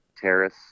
terrace